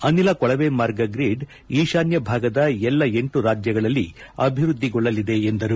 ಅನಿಲ ಕೊಳವೆಮಾರ್ಗ ಗ್ರಿಡ್ ಈಶಾನ್ಯ ಭಾಗದ ಎಲ್ಲ ಎಂಟು ರಾಜ್ಯಗಳಲ್ಲಿ ಅಭಿವೃದ್ದಿಗೊಳ್ಳಲಿದೆ ಎಂದರು